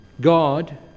God